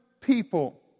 people